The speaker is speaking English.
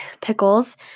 pickles